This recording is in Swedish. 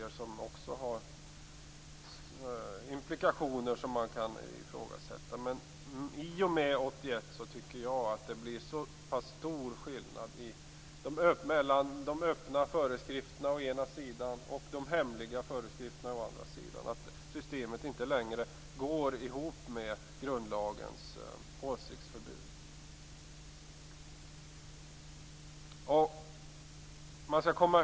Det finns andra kriterier med implikationer som man kan ifrågasätta. Men 1981 tycker jag att det blir så pass stor skillnad mellan de öppna föreskrifterna å ena sidan och de hemliga föreskrifterna å andra sidan att systemet inte längre går ihop med grundlagens åsiktsregistreringsförbud.